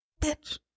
bitch